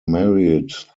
married